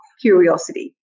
curiosity